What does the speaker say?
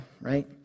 right